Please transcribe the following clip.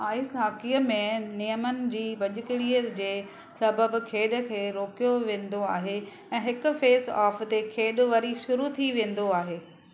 ice हॉकीअ में नियमनि जी भञकिड़ीअ जे सबबु खेडु खे रोकियो वेंदो आहे ऐं हिकु फेसऑफ ते खेडु॒ वरी शुरू थी वेंदो आहे